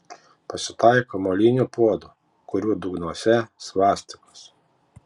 pasitaiko molinių puodų kurių dugnuose svastikos